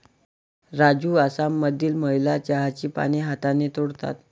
राजू आसाममधील महिला चहाची पाने हाताने तोडतात